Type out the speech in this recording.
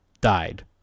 died